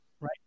Right